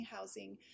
housing